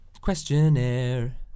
questionnaire